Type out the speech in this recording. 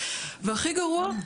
והכי גרוע,